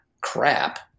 crap